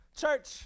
Church